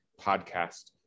podcast